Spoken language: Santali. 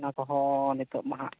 ᱚᱱᱟᱠᱚᱦᱚᱸ ᱱᱤᱛᱚᱜᱢᱟ ᱦᱟᱜ